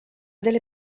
delle